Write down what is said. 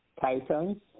Titans